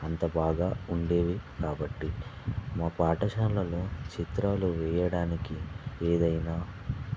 అంతబాగా ఉండేవి కాబట్టి మా పాఠశాలలో చిత్రాలు వేయడానికి ఎదైనా